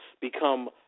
become